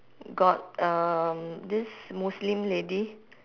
got um this muslim lady